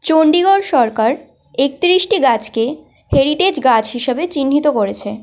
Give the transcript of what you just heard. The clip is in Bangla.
চণ্ডীগড় সরকার একত্রিশটি গাছকে হেরিটেজ গাছ হিসাবে চিহ্নিত করেছে